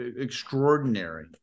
extraordinary